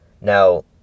Now